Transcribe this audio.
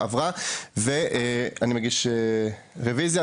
ואני מגיש רוויזיה.